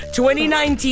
2019